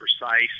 precise